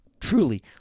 truly